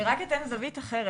אני אתן זווית אחרת.